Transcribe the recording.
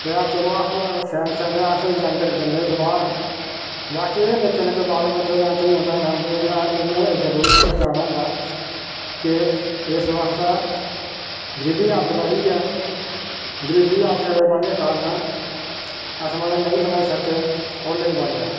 ते अस्स चलो स्याने स्याने अस्स ते जंदे उठी बाहर बाकी जेह्ड़े निक्के निक्के बाल बच्चे जां धीयां भैनां इनें एड्डी दूर कुत्थै जाना हुंदा ते इस आस्ते गरीबी हालत बड़ी ऐ गरीबी हालत वजह कारण अस महाराज नेईं बनाई सके और नेईं बनेआ ऐ